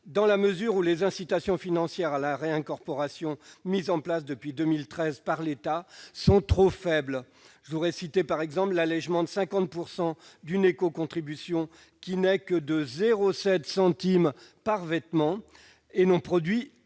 dans la mesure où les incitations financières à la réincorporation mises en place depuis 2013 par l'État sont trop faibles. Je cite, par exemple, l'allégement de 50 % d'une éco-contribution, qui n'est que de 0,7 centime par vêtement et qui n'a produit aucun